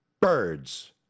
birds